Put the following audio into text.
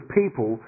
people